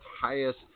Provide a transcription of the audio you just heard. highest